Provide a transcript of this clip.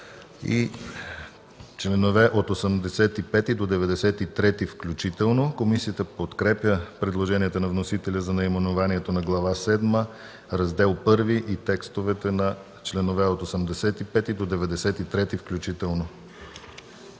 и членове от 85 до 93 включително. Комисията подкрепя предложенията на вносителя за наименованието на Глава седма, Раздел І и текстовете на членове от 85 до 93 включително.